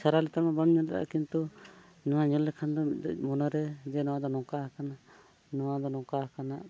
ᱥᱟᱨᱟ ᱞᱮᱛᱟᱲ ᱢᱟ ᱵᱟᱢ ᱧᱮᱞ ᱫᱟᱲᱮᱭᱟᱜᱼᱟ ᱠᱤᱱᱛᱩ ᱱᱚᱣᱟ ᱧᱮᱞ ᱞᱮᱠᱷᱟᱱ ᱫᱚ ᱢᱤᱫᱴᱮᱡ ᱢᱚᱱᱮᱨᱮ ᱡᱮ ᱱᱚᱣᱟ ᱫᱚ ᱱᱚᱝᱠᱟ ᱠᱟᱱᱟ ᱡᱮ ᱱᱚᱣᱟ ᱫᱚ ᱱᱚᱝᱠᱟ ᱠᱟᱱᱟ